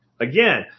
again